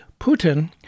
Putin